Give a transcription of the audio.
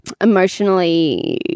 emotionally